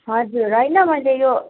हजुर होइन मैले यो